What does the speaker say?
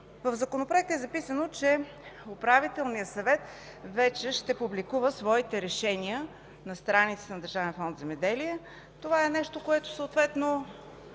В законопроекта е записано, че Управителният съвет вече ще публикува своите решения на страницата на Държавен фонд „Земеделие”. Това е нещо, което би следвало